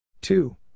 Two